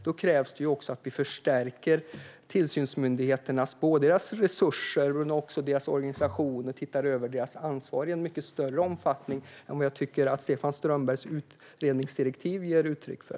Då krävs det att vi förstärker tillsynsmyndigheternas resurser och organisationer och att vi tittar över deras ansvar i en mycket större omfattning än vad jag tycker att Stefan Strömbergs utredningsdirektiv ger uttryck för.